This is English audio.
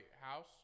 house